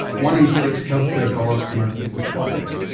one in six healthcare dollars come out of people's pockets,